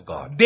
God